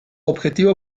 objetivo